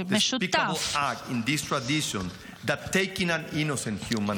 אסור לאדם אחר לשים קץ לחיי אדם אחר.